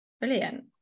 brilliant